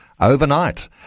overnight